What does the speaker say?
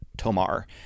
Tomar